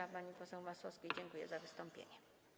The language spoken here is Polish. A pani poseł Masłowskiej dziękuję za wystąpienie.